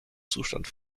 zustand